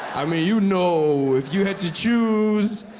i mean you know, if you had to choose.